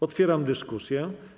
Otwieram dyskusję.